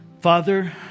Father